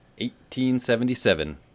1877